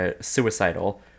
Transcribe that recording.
suicidal